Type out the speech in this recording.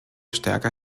stärker